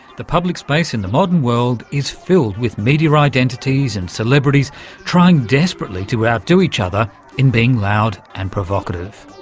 the public space in the modern world is filled with media identities and celebrities trying desperately to outdo each other in being loud and provocative,